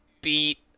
beat